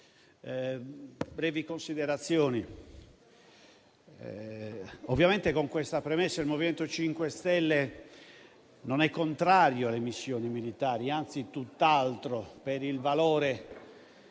brevi considerazioni, con questa premessa: il MoVimento 5 Stelle non è contrario alle missioni militari, anzi tutt'altro, per